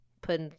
put